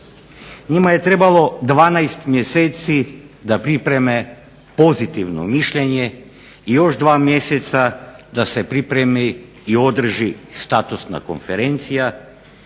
Njima je trebalo 12 mjeseci da pripreme pozitivno mišljenje i još 2 mjeseca da se pripremi i održi statusna konferencija.